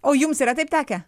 o jums yra taip tekę